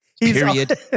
Period